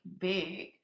big